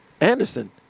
Anderson